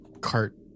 cart